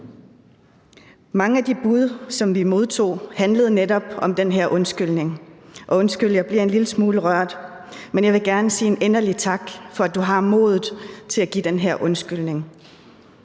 Mange af de bud, som jeg modtog, handlede netop om den her undskyldning, og undskyld, at jeg bliver en lille smule rørt, men jeg vil gerne inderligt sige tak for, at du har modet til give den her undskyldning.